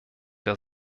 der